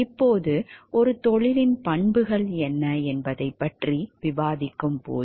இப்போது ஒரு தொழிலின் பண்புகள் என்ன என்பதைப் பற்றி விவாதிக்கும்போது